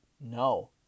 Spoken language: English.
No